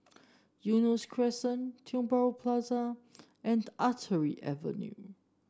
Eunos Crescent Tiong Bahru Plaza and Artillery Avenue